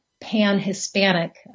pan-Hispanic